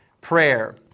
prayer